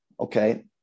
okay